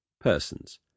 Persons